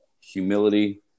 humility